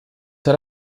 elle